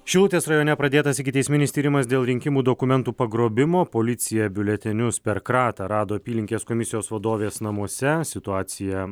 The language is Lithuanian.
šilutės rajone pradėtas ikiteisminis tyrimas dėl rinkimų dokumentų pagrobimo policija biuletenius per kratą rado apylinkės komisijos vadovės namuose situaciją